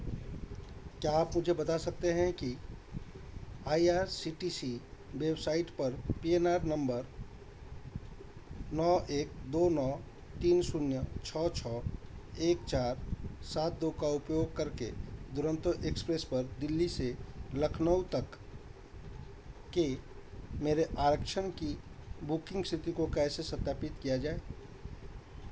क्या आप मुझे बता सकते हैं कि I R C T C website पर पी एन आर नंबर नौ एक दो नौ तीन शून्य छः छः एक चार सात दो का उपयोग करके दुरंतो एक्सप्रेस पर दिल्ली से लखनऊ तक के मेरे आरक्षण की बुकिंग स्थिति को कैसे सत्यापित किया जाए